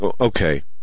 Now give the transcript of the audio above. Okay